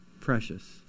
precious